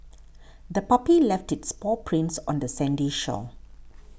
the puppy left its paw prints on the sandy shore